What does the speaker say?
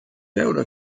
veure